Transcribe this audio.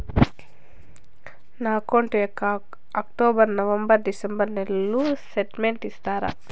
నా అకౌంట్ యొక్క October, November, December నెలల స్టేట్మెంట్ ఇస్తారా?